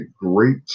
great